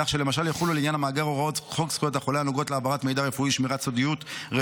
כך שלמשל יחולו לעניין המאגר הוראות חוק זכויות החולה